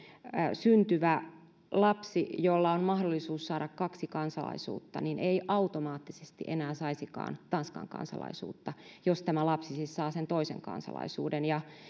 syntyvä lapsi jolla on mahdollisuus saada kaksi kansalaisuutta ei automaattisesti enää saisikaan tanskan kansalaisuutta jos tämä lapsi siis saa sen toisen kansalaisuuden